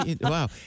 Wow